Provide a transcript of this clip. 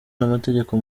n’amategeko